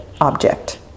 object